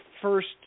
first